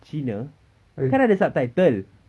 cina kan ada subtitle